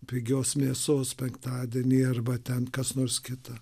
pigios mėsos penktadienį arba ten kas nors kita